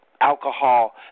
alcohol